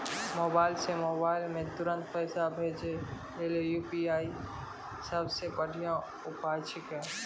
mobile से mobile मे तुरन्त पैसा भेजे लेली यू.पी.आई सबसे बढ़िया उपाय छिकै